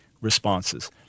responses